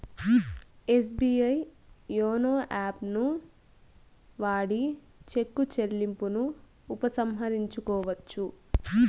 SBI YONO యాపుని వాడి చెక్కు చెల్లింపును ఉపసంహరించుకోవచ్చు